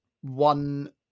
one